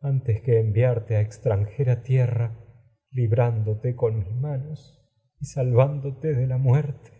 antes que enviarte y a extranjera tierra librándo muer en te con mis manos salvándote de la muerte